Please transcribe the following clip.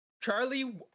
Charlie